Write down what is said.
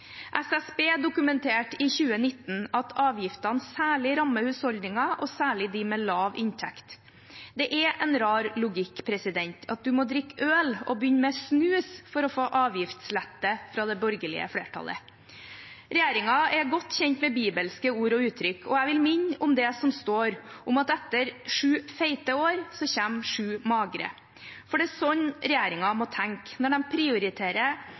SSB dokumenterte i 2019 at avgiftene særlig rammer husholdninger, og særlig dem med lav inntekt. Det er en rar logikk at man må drikke øl og begynne med snus for å få avgiftslette fra det borgerlige flertallet. Regjeringen er godt kjent med bibelske ord og uttrykk, og jeg vil minne om det som står om at etter sju fete år kommer sju magre. For det er slik regjeringen må tenke når de prioriterer